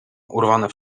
urwane